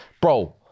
bro